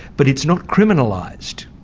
but it's not criminalised.